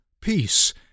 peace